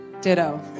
Ditto